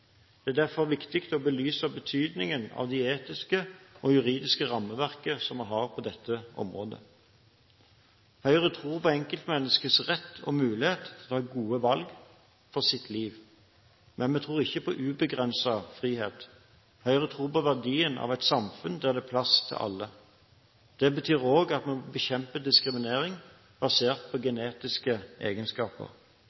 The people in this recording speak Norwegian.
Det er derfor viktig å belyse betydningen av det etiske og juridiske rammeverket som vi har på dette området. Høyre tror på enkeltmenneskets rett og mulighet til å ta gode valg for sitt liv, men vi tror ikke på ubegrenset frihet. Høyre tror på verdien av et samfunn der det er plass til alle. Det betyr at vi må bekjempe diskriminering basert på